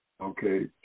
okay